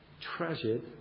treasured